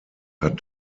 hat